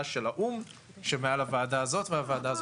הוועדה של האו"ם שמעל הוועדה הזאת והוועדה הזאת.